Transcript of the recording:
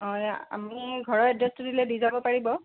অঁ আমি ঘৰৰ এড্ৰেছটো দিলে দি যাব পাৰিব